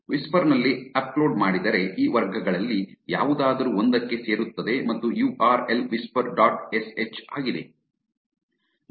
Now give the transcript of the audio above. whisper ನಲ್ಲಿ upload ಮಾಡಿದರೆ ಈ ವರ್ಗಗಳಲ್ಲಿ ಯಾವುದಾದರೂ ಒಂದಕ್ಕೆ ಸೇರುತ್ತದೆ ಮತ್ತು U R L whisper dot sh ಆಗಿದೆ